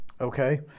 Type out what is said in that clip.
Okay